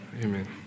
Amen